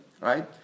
right